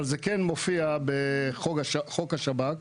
אבל כן מופיע בחוק השב"כ.